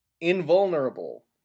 invulnerable